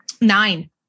Nine